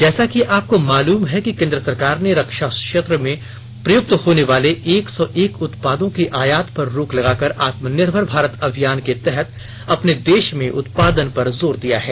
जैसा कि आपको मालूम है कि केंद्र सरकार ने रक्षा क्षेत्र में प्रयुक्त होनेवाले एक सौ एक उत्पादों के आयात पर रोक लगाकर आत्मनिर्भर भारत अभियान के तहत अपने देश में उत्पादन पर जोर दिया है